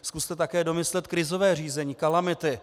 Zkuste také domyslet krizové řízení, kalamity.